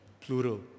Plural